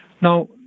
Now